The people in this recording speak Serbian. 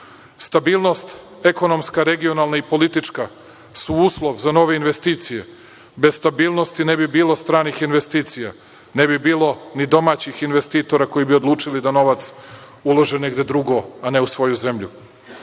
lošije. Stabilnost ekonomska, regionalna i politička su uslov za nove investicije, bez stabilnosti ne bi bilo stranih investicija, ne bi bilo ni domaćih investitora koji bi odlučili da novac ulože negde drugo, a ne u svoju zemlju.U